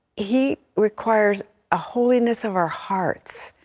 he requires a holiness of our hearts.